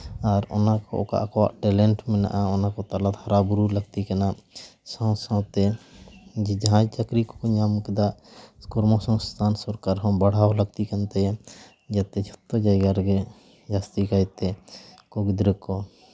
ᱟᱨ ᱚᱱᱟ ᱠᱚ ᱚᱠᱟ ᱠᱚᱣᱟᱜ ᱴᱮᱞᱮᱱᱴ ᱢᱮᱱᱟᱜᱼᱟ ᱚᱱᱟ ᱠᱚ ᱛᱟᱞᱟᱛᱮ ᱦᱟᱨᱟᱼᱵᱩᱨᱩ ᱞᱟᱹᱠᱛᱤ ᱠᱟᱱᱟ ᱥᱟᱶ ᱥᱟᱶᱛᱮ ᱡᱟᱦᱟᱸᱭ ᱪᱟᱹᱠᱨᱤ ᱠᱚᱠᱚ ᱧᱟᱢ ᱠᱟᱫᱟ ᱠᱚᱨᱢᱚ ᱥᱚᱝᱥᱛᱷᱟᱱ ᱥᱚᱨᱠᱟᱨ ᱦᱚᱸ ᱵᱟᱲᱦᱟᱣ ᱞᱟᱹᱠᱛᱤ ᱠᱟᱱ ᱛᱟᱭᱟ ᱡᱟᱛᱮ ᱡᱷᱚᱛᱚ ᱡᱟᱭᱜᱟ ᱨᱮᱜᱮ ᱡᱟᱹᱥᱛᱤ ᱠᱟᱭᱛᱮ ᱩᱱᱠᱩ ᱜᱤᱫᱽᱨᱟᱹ ᱠᱚ